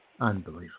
Unbelievable